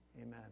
amen